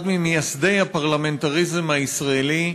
אחד ממייסדי הפרלמנטריזם הישראלי,